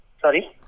Sorry